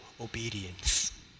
obedience